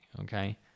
Okay